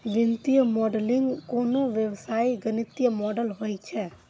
वित्तीय मॉडलिंग कोनो व्यवसायक गणितीय मॉडल होइ छै